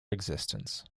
existence